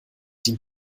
dient